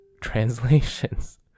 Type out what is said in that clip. translations